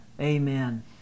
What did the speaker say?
Amen